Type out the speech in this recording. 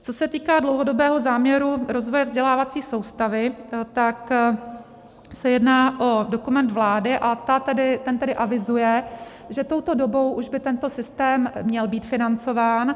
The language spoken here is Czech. Co se týká dlouhodobého záměru rozvoje vzdělávací soustavy, tak se jedná o dokument vlády a ten avizuje, že touto dobou už by tento systém měl být financován.